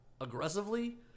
aggressively